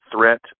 Threat